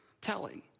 telling